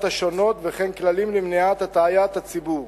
השונות וייקבעו כללים למניעת הטעיית הציבור.